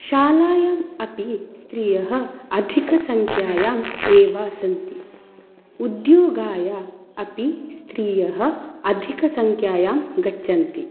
शालायाम् अपि स्त्रियः अधिकसंख्यायाम् एव सन्ति उद्योगाय अपि स्त्रियः अधिकसंख्यायां गच्छन्ति